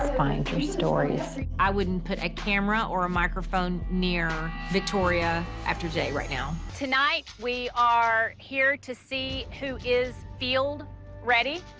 find your stories. i wouldn't put a camera or a microphone near victoria after today, right now. tonight we are here to see who is field ready.